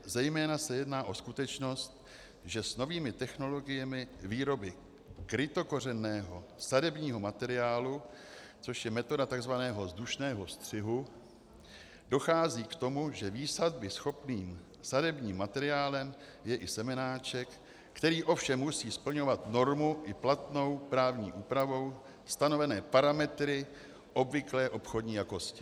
Zejména se jedná o skutečnost, že s novými technologiemi výroby krytokořenného sadebního materiálu, což je metoda takzvaného vzdušného střihu, dochází k tomu, že výsadbyschopným sadebním materiálem je i semenáček, který ovšem musí splňovat normu i platnou právní úpravou stanovené parametry obvyklé obchodní jakosti.